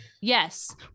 yes